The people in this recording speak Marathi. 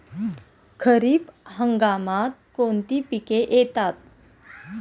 खरीप हंगामात कोणती पिके येतात?